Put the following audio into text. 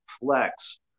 flex